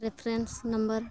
reference number